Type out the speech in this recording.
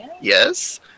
yes